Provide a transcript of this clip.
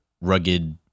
rugged